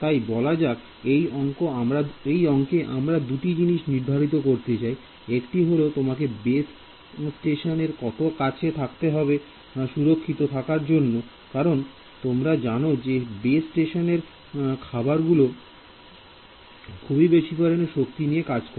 তাই বলা যাক এই অংকে আমরা দুটি জিনিস নির্ধারণ করতে চাই একটি হল তোমাকে বেস স্টেশন এর কত কাছে থাকতে হবে সুরক্ষিত থাকার জন্য কারণ তোমরা জানো যে বেস স্টেশনের খাবারগুলো খুবই বেশি পরিমাণের শক্তি নিয়ে কাজ করে